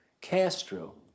Castro